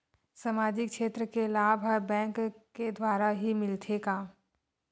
सामाजिक क्षेत्र के लाभ हा बैंक के द्वारा ही मिलथे का?